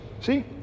See